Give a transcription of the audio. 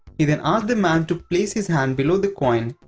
he then asks the man to place his hand below the coin,